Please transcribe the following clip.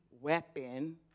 weapon